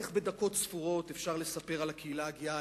איך בדקות ספורות אפשר לספר על הקהילה הגאה,